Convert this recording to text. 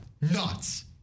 Nuts